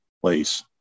place